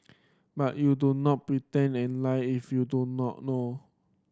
but you do not pretend and lie if you don't not know